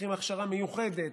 שצריכים הכשרה מיוחדת,